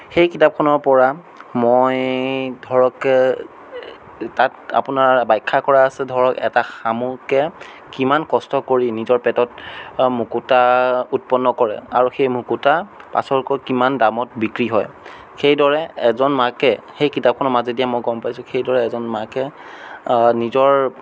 সেই কিতাপখনৰ পৰা মই ধৰক তাত আপোনাৰ ব্যাখ্য়া কৰা আছে ধৰক এটা শামুকে কিমান কষ্ট কৰি নিজৰ পেটত মুকুতা উৎপন্ন কৰে আৰু সেই মুকুতা পাছত আকৌ কিমান দামত বিক্ৰী হয় সেইদৰে এজন মাকে সেই কিতাপখনৰ মাজেদিয়ে মই গম পাইছো সেইদৰে এজন মাকে নিজৰ